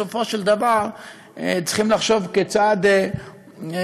בסופו של דבר צריכים לחשוב כיצד משקמים,